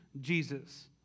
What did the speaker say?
Jesus